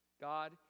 God